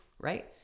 right